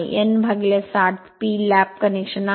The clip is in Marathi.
n 60 P लॅप कनेक्शन आहे